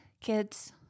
Kids